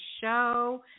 show